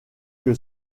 que